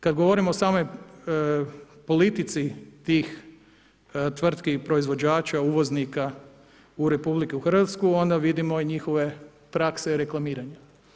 Kad govorimo o samoj politici tih tvrtki proizvođača, uvoznika u RH, onda vidimo njihove prakse reklamiranja.